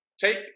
Take